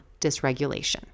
dysregulation